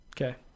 okay